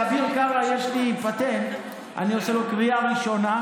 לאביר קארה יש לי פטנט: אני עושה לו קריאה ראשונה,